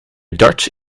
darts